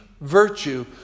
virtue